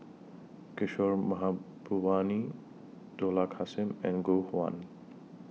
Kishore Mahbubani Dollah Kassim and Gu Juan